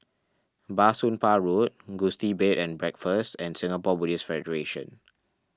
Bah Soon Pah Road Gusti Bed and Breakfast and Singapore Buddhist Federation